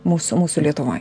mūsų mūsų lietuvoj